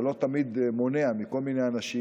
זה לא תמיד מונע מכל מיני אנשים,